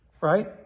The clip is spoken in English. right